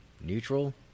neutral